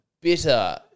bitter